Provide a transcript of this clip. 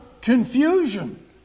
confusion